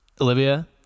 olivia